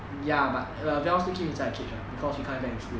ya but well dell still keep him inside the cage ah because she's coming back to school